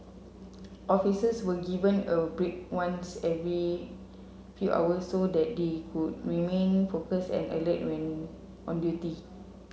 officers were given a break once every few hours so that they could remain focused and alert when on duty